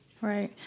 Right